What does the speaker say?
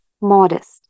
modest